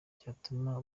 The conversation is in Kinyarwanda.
cyatuma